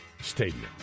Stadium